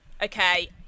okay